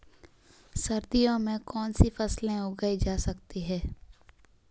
सर्दियों में कौनसी फसलें उगाई जा सकती हैं?